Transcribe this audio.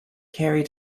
carrie